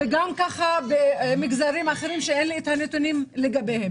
כך לגבי מגזרים אחרים אבל אין לי את הנתונים לגביהם.